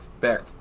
back